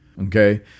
Okay